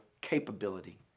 capability